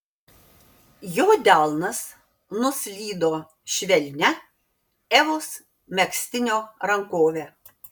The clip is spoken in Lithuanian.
jo delnas nuslydo švelnia evos megztinio rankove